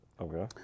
Okay